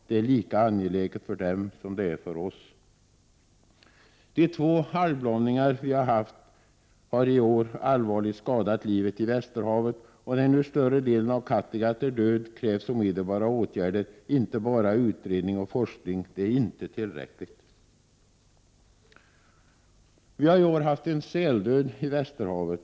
Det är lika angeläget för dem som för oss. De två algblomningar vi haft i år har allvarligt skadat livet i Västerhavet, och när nu större delen av Kattegatt är död krävs omedelbara åtgärder, inte bara utredningar och forskning. Det är inte tillräckligt. Vi hari år haft en säldöd i Västerhavet.